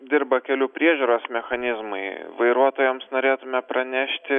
dirba kelių priežiūros mechanizmai vairuotojams norėtume pranešti